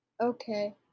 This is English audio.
okay